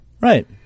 Right